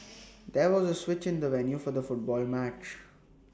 there was A switch in the venue for the football match